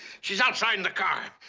she's outside in the car.